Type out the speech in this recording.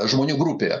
žmonių grupėje